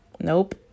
Nope